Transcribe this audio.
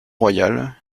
royale